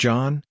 John